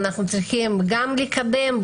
אנחנו צריכים גם לקדם,